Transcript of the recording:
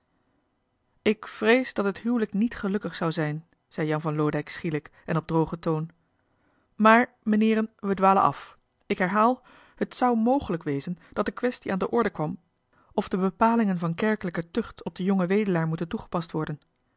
ik vrees dat het huwelijk niet gelukkig zou zijn zei jan van loodijck schielijk en op drogen toon mààr meneeren wij dwalen af ik herhaal het zou mgelijk wezen dat de kwestie aan de orde kwam of de bepalingen van kerkelijke tucht op den jongen wedelaar moeten toegepast worden